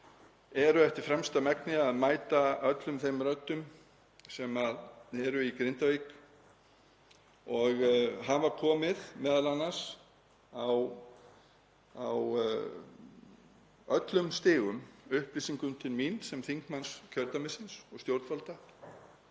eru eftir fremsta megni að mæta öllum þeim röddum sem eru í Grindavík og hafa komið m.a. á öllum stigum upplýsingum til mín sem þingmanns kjördæmisins og stjórnvalda